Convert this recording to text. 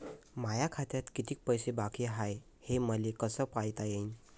माया खात्यात कितीक पैसे बाकी हाय हे मले कस पायता येईन?